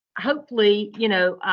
hopefully, you know,